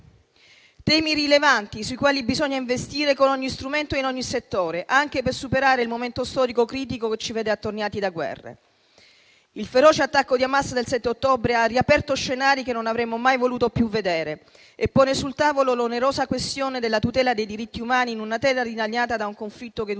temi rilevanti sui quali bisogna investire con ogni strumento, in ogni settore, anche per superare il momento storico critico che ci vede attorniati da guerre. Il feroce attacco di Hamas del 7 ottobre ha riaperto scenari che non avremmo mai più voluto vedere e pone sul tavolo l'onerosa questione della tutela dei diritti umani in una terra dilaniata da un conflitto che dura